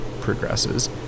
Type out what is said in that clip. progresses